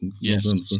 Yes